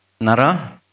Nara